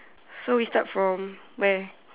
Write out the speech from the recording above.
so we start from where